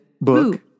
book